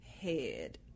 head